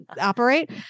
operate